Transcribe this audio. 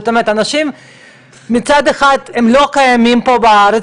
זאת אומרת, מצד אחד האנשים לא מוכרים פה בארץ,